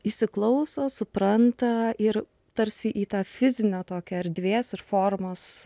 įsiklauso supranta ir tarsi į tą fizinę tokią erdvės ir formos